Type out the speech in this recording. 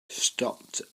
stopped